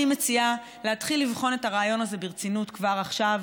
אני מציעה להתחיל לבחון את הרעיון הזה ברצינות כבר עכשיו,